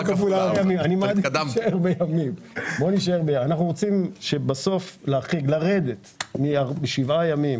אנחנו רוצים לרדת משבעה ימים